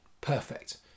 perfect